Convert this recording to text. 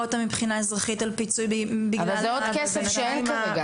אותם מבחינה אזרחית על פיצוי --- אבל זה עוד כסף שאין כרגע.